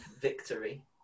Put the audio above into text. victory